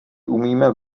umíme